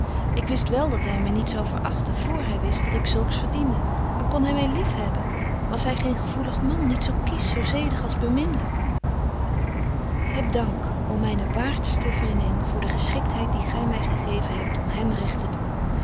ik wist wél dat hy my niet zou verachten vr hy wist dat ik zulks verdiende maar kon hy my lief hebben was hy geen gevoelig man niet zo kiesch zo zedig als beminlyk heb dank ô myne waartste vriendin voor de geschiktheid die gy my gegeven hebt om hem recht te doen